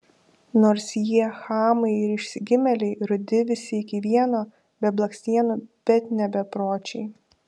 nors jie chamai ir išsigimėliai rudi visi iki vieno be blakstienų bet ne bepročiai